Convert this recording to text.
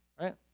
right